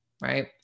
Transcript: Right